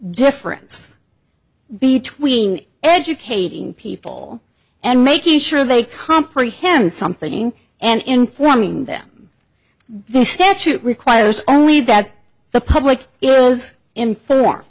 difference between educating people and making sure they comprehend something and informing them the statute requires only that the public is inform